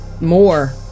more